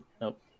Nope